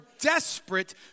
desperate